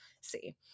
see